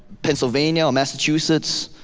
pennsylvania, or massachusets,